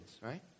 right